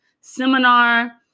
seminar